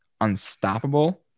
unstoppable